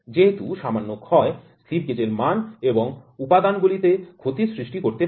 যেহেতু সামান্য ক্ষয় স্লিপগেজ এর মান এবং উপাদানগুলিতে ক্ষতির সৃষ্টি করতে পারে